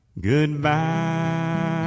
goodbye